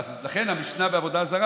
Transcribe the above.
לכן המשנה בעבודה זרה,